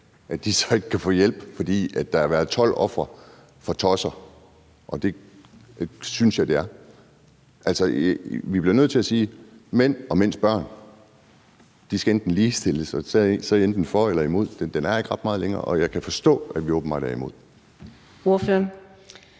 at de så ikke kan få hjælp, fordi der har været 12 ofre for tosser. Og det synes jeg det gør. Altså, vi bliver nødt til at sige: Mænd og mænds børn skal ligestilles, og så er I enten for eller imod. Den er ikke ret meget længere, og jeg kan forstå, at man åbenbart er imod. Kl.